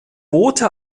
boote